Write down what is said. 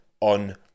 on